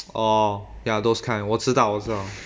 orh ya those kind 我知道我知道